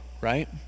right